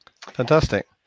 Fantastic